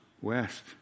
west